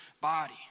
body